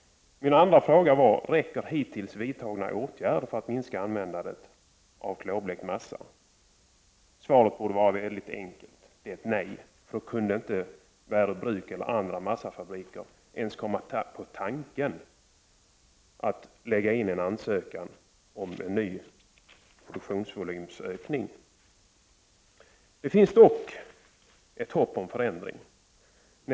Min andra fråga var om hittills vidtagna åtgärder räcker för att minska användandet av klorblekt massa. Svaret borde vara enkelt; ett nej. Då kunde inte Värö bruk eller andra massafabriker ens komma på tanken att lägga in en ansökan om en ny produktionsvolymökning. Det finns dock ett hopp om förändring.